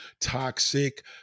toxic